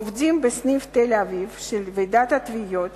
עובדים של ועידת התביעות